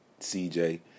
cj